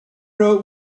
wrote